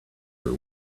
her